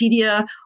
Wikipedia